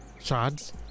Shards